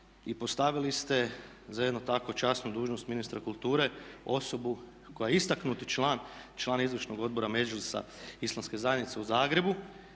i postavili ste za jednu takvu časnu vrijednost ministra kulture osobu koja je istaknuti član, član izvršnog odbora Medžlisa Islamske zajednice u Zagrebu